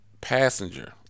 passenger